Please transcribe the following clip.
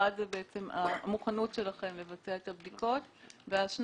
1) המוכנות שלכם לבצע את הבדיקות; 2)